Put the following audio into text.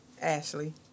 Ashley